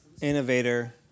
innovator